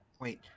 Wait